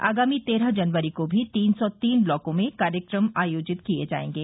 आगामी तेरह जनवरी को भी तीन सौ तीन ब्लाकों में कार्यक्रम आयोजित किये जायेंगे